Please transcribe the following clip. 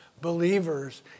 believers